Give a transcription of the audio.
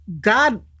God